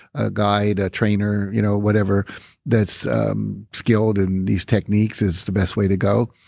a guide, a trainer, you know whatever that's skilled in these techniques is the best way to go.